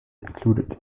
included